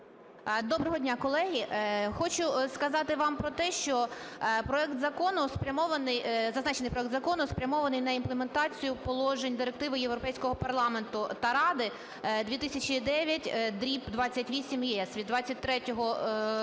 Доброго дня, колеги! Хочу сказати вам про те, що проект закону, зазначений проект закону спрямований на імплементацію положень Директиви Європейського Парламенту та Ради 2009/28/ЄС від 23